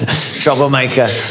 Troublemaker